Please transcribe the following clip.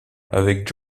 avec